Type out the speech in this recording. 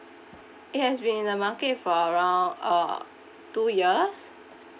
it has been in the market for around uh two years